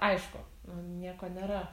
aišku nieko nėra